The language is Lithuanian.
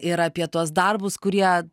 ir apie tuos darbus kurie